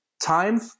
time